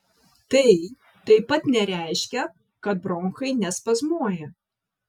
tai taip pat nereiškia kad bronchai nespazmuoja